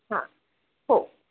हा हो